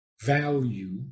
value